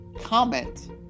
comment